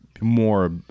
more